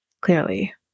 clearly